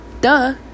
duh